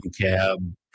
cab